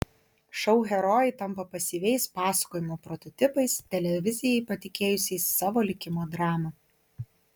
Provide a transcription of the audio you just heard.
šou herojai tampa pasyviais pasakojimo prototipais televizijai patikėjusiais savo likimo dramą